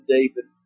David